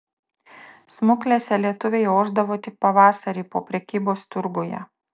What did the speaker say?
smuklėse lietuviai ošdavo tik pavasarį po prekybos turguje